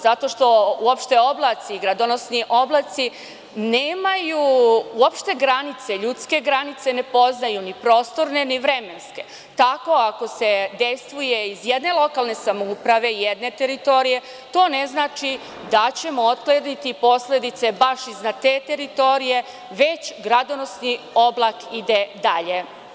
Zato što uopšte oblaci, gradonosni oblaci nemaju uopšte granice, ljudske granice ne poznaju ni prostorne ni vremenske, tako ako se dejstvuje iz jedne lokalne samouprave jedne teritorije, to ne znači da ćemo otkloniti posledice baš iznad te teritorije već gradonosni oblak ide dalje.